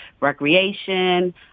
recreation